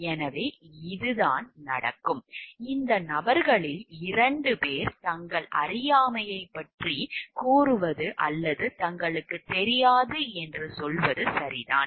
எனவே இதுதான் நடக்கும் இந்த நபர்களில் 2 பேர் தங்கள் அறியாமையைப் பற்றி கூறுவது அல்லது தங்களுக்குத் தெரியாது என்று சொல்வது சரிதான்